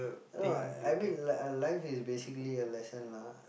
no I mean like life is basically a lesson lah